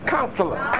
Counselor